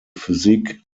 physik